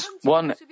one